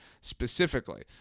specifically